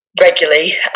regularly